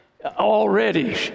already